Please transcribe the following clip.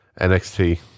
NXT